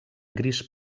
gris